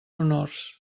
honors